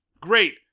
great